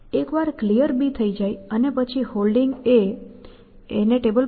તેથી આપણે એક અલ્ગોરિધમ જોઈશું જે આ રીતે બેકવર્ડ ની જેમ શોધશે અને ફોરવર્ડ ની જેમ પ્લાન બનાવશે